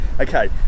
okay